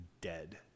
dead